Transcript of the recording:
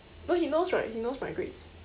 no he knows right he knows my grades